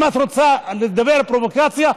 אם את רוצה לדבר פרובוקציה,